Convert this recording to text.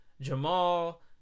Jamal